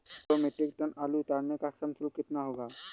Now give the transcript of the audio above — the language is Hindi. दो मीट्रिक टन आलू उतारने का श्रम शुल्क कितना होगा?